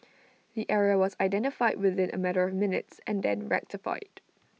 the error was identified within A matter of minutes and then rectified